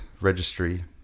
registry